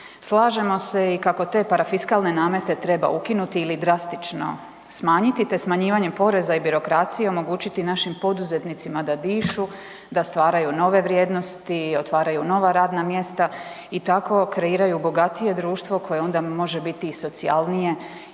slažemo se kako i te parafiskalne namete treba ukinuti ili drastično smanjiti, te smanjivanjem poreza i birokracije omogućiti našim poduzetnicima da dišu, da stvaraju nove vrijednosti, otvaraju nova radna mjesta i tako kreiraju bogatije društvo koje onda može biti i socijalnije